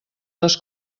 les